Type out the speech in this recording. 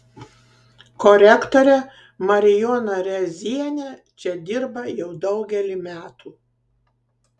korektorė marijona rėzienė čia dirba jau daugelį metų